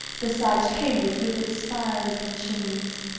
besides cambridge with its spires and chimneys.